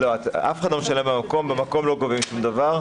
אף אחד לא משלם במקום, במקום לא גובים שום דבר.